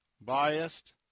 biased